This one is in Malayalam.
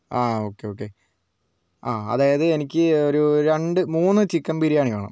ആ ഓക്കേ ഓക്കേ ആ അതായത് എനിക്ക് ഒരു രണ്ട് മൂന്ന് ചിക്കൻ ബിരിയാണി വേണം